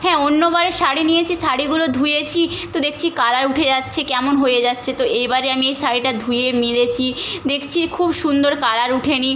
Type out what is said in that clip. হ্যাঁ অন্যবারে শাড়ি নিয়েছি শাড়িগুলো ধুয়েছি তো দেখছি কালার উঠে যাচ্ছে কেমন হয়ে যাচ্ছে তো এইবারে আমি এই শাড়িটা ধুয়ে মেলেছি দেখছি খুব সুন্দর কালার ওঠেনি